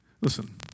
listen